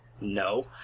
No